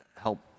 help